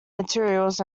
materials